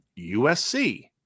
USC